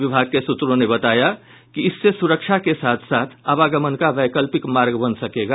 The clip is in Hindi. विभाग के सूत्रों ने बताया कि इससे सुरक्षा के साथ आवागमन का वैकल्पिक मार्ग बन सकेगा